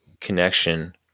connection